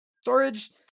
storage